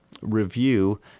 review